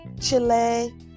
Chile